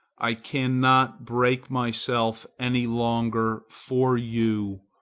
i cannot break myself any longer for you,